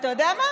ואתה יודע מה?